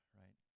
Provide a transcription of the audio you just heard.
right